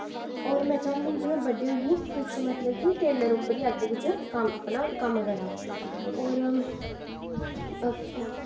और में चांह्दी ही की बड्डे होईयै कुछ मतलव टेल्लर उप्पर ई कुछ अपना कम्म करां और